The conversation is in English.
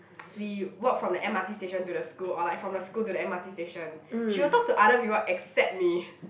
we walked from the M_R_T station to the school or like from the school to the M_R_T station she will talk to other people except me